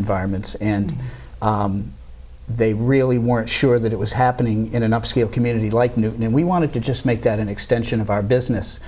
environments and they really weren't sure that it was happening in an upscale community like new and we wanted to just make that an extension of our business